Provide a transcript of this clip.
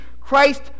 Christ